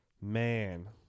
man